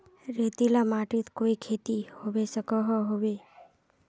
रेतीला माटित कोई खेती होबे सकोहो होबे?